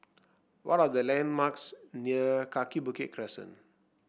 what are the landmarks near Kaki Bukit Crescent